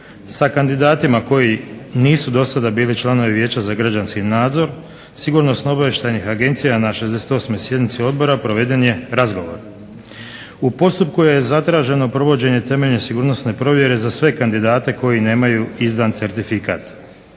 Sa kandidatima koji nisu do sada bili članovi Vijeća za građanski nadzor sigurnosno-obavještajnih agencija na 68. Sjednici Odbora obavljen je razgovor. U postupku je zatraženo provođenje temeljne sigurnosne provjere za sve kandidate koji nemaju certifikat.